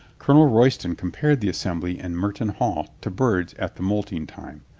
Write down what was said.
colonel royston compared the assembly in merton hall to birds at the moulting time.